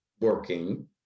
working